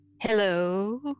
hello